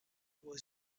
was